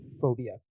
phobia